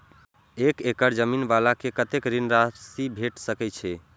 एक एकड़ जमीन वाला के कतेक ऋण राशि भेट सकै छै?